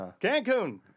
Cancun